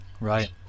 Right